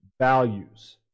values